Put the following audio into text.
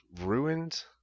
ruined